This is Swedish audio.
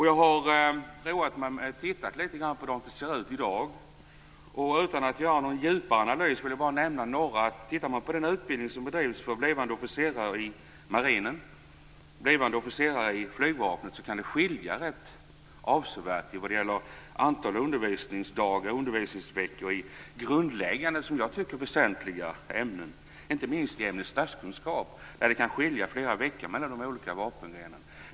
Jag har roat mig med att titta på hur det ser ut i dag. Utan att göra någon djupare analys vill jag bara nämna några saker. Mellan den utbildning som bedrivs för blivande officerare i marinen och den som bedrivs för blivande officerare i flygvapnet kan det skilja avsevärt vad gäller antal undervisningsdagar och undervisningsveckor i grundläggande och som jag tycker väsentliga ämnen. Inte minst i ämnet statskunskap kan det skilja flera veckor mellan de olika vapengrenarna.